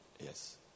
Yes